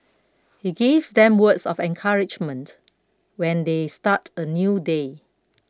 he gives them words of encouragement when they start a new day